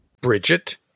Bridget